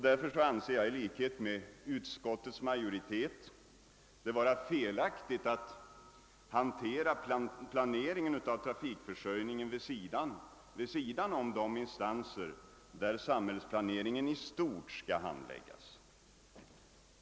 Därför anser jag, i likhet med utskottets majoritet, det vara felaktigt att hantera planeringen av trafikförsörjningen vid sidan om de instanser där samhällsplaneringen i stort skall handläggas.